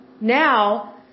Now